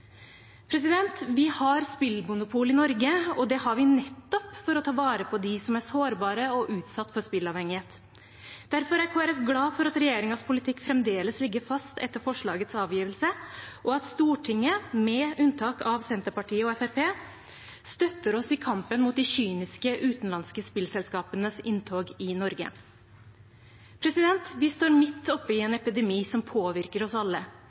Vi har et spillmonopol i Norge, og det har vi nettopp for å ta vare på dem som er sårbare og utsatt for spillavhengighet. Derfor er Kristelig Folkeparti glad for at regjeringens politikk fremdeles ligger fast etter forslagets avgivelse, og at Stortinget, med unntak av Senterpartiet og Fremskrittspartiet, støtter oss i kampen mot de kyniske utenlandske spillselskapenes inntog i Norge. Vi står midt oppi en epidemi som påvirker oss alle,